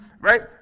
right